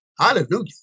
Hallelujah